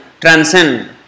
transcend